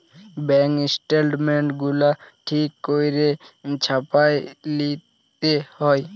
bank statements গুলা ঠিক ক্যইরে ছাপাঁয় লিতে হ্যয়